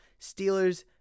Steelers